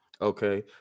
Okay